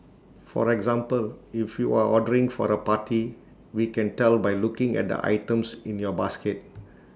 for example if you're ordering for A party we can tell by looking at the items in your basket